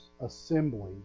assembly